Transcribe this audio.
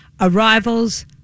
Arrivals